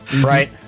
Right